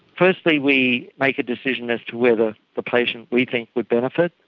firstly we make a decision as to whether the patient we think would benefit,